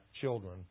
children